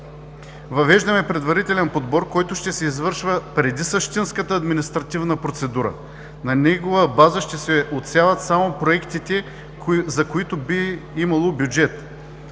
Въвеждаме предварителен подбор, който ще се извършва преди същинската административна процедура. На негова база ще се отсяват само проектите, за които би имало бюджет.